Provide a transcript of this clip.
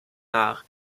nach